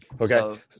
okay